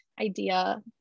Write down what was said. idea